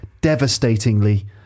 devastatingly